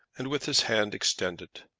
and with his hand extended.